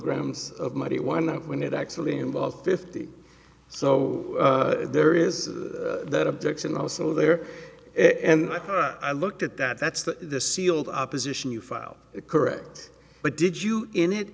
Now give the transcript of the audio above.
kilograms of money why not when it actually involved fifty so there is that objection also there and i looked at that that's the sealed opposition you file it correct but did you in it